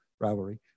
rivalry